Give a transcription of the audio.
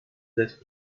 that